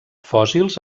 fòssils